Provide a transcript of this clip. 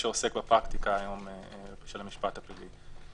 שעוסק בפרקטיקה של המשפט הפלילי היום.